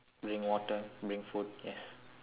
bring water bring food yes